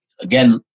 again